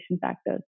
factors